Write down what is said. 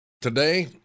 Today